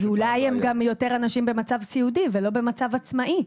אז אולי גם יותר אנשים במצב סיעודי ולא במצב עצמאי.